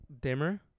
dimmer